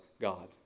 God